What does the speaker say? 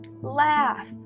Laugh